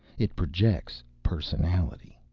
it projects personality.